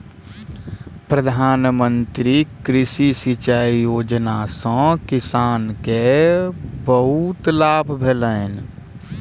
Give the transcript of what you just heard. प्रधान मंत्री कृषि सिचाई योजना सॅ कृषक के बड़ लाभ भेलैन